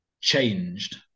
changed